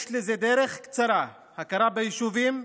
יש לזה דרך קצרה: הכרה ביישובים,